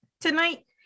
tonight